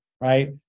right